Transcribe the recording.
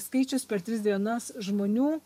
skaičius per tris dienas žmonių